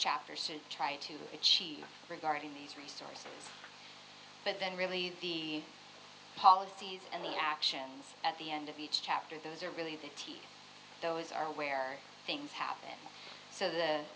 chapter says try to achieve regarding these resources but then really the policies and the actions at the end of each chapter those are really the key those are where things happen so the